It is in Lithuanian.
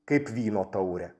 kaip vyno taurę